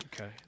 Okay